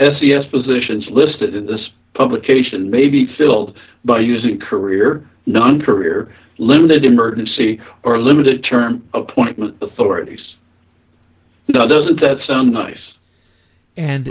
s e s positions listed in this publication may be filled by using career non career limited emergency or limited term appointment authorities now doesn't that sound nice and